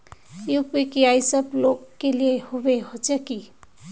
UPI सब लोग के लिए होबे होचे की?